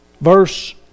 verse